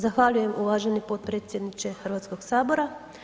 Zahvaljujem uvaženi potpredsjedniče Hrvatskog sabora.